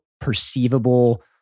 perceivable